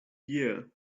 year